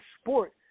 sport